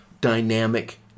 dynamic